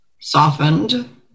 softened